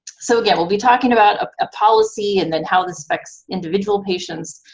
so, again, we'll be talking about a policy and then how this affects individual patients.